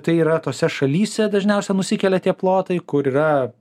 tai yra tose šalyse dažniausia nusikelia tie plotai kur yra